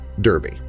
Derby